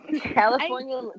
California